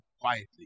quietly